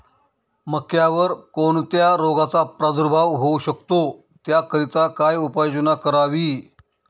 मक्यावर कोणत्या रोगाचा प्रादुर्भाव होऊ शकतो? त्याकरिता काय उपाययोजना करावी?